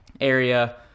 area